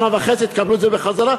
שנה וחצי תקבלו את זה חזרה,